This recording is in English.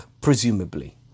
presumably